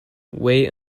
wait